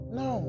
no